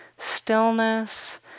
stillness